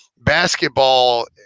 basketball